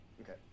Okay